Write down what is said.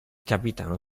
capitano